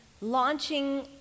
launching